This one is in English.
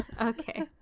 Okay